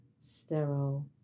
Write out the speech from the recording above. sterile